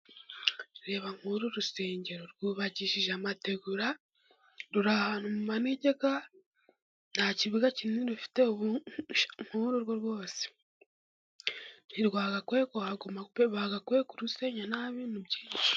Reba nk'uru rusengero rwubakishije amategura, ruri ahantu mu manegeka, nta kibuga kinini rufite. Nk'uru rwo rwose ntigakwiye kuhaguma pe bagakwiye kurusenya nta bintu byinshi.